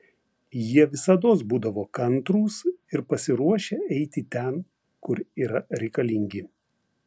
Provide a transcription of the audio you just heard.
jie visados būdavo kantrūs ir pasiruošę eiti ten kur yra reikalingi